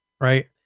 right